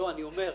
לא,